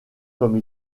comme